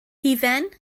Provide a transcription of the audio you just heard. hufen